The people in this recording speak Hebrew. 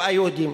היהודיים,